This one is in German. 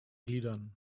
gliedern